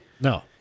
No